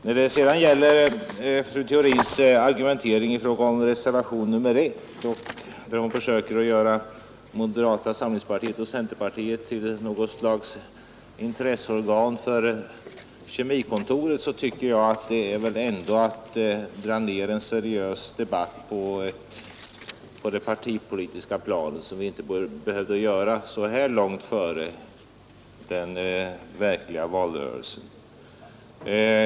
När det gäller fru Theorins argumentering i fråga om reservationen 1, där hon försöker göra moderata samlingspartiet och centerpartiet till något slags intresseorgan för Kemikontoret, så tycker jag ändå att det är att dra ner en seriös debatt till det partipolitiska planet på ett sätt som vi inte skulle behöva göra så här långt före den verkliga valrörelsen.